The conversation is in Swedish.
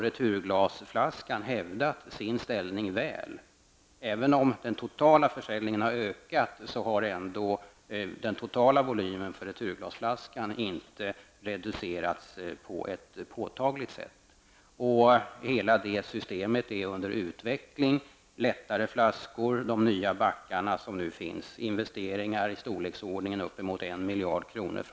Returglasflaskan har därvid hävdat sin ställning väl. Även om den totala försäljningen har ökat har den totala volymen för returglasflaskan inte reducerats påtagligt. Hela returglassystemet är under utveckling, med lättare flaskor, nya drickabackar och investeringar från branschen vilka är i storleksordningen 1 miljard kronor.